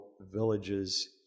villages